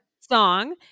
...song